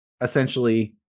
essentially